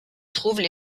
trouvent